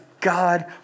God